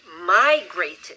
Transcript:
migrated